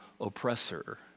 oppressor